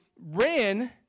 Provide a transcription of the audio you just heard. ran